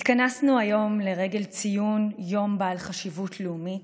התכנסנו היום לרגל ציון יום בעל חשיבות לאומית,